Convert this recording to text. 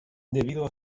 debido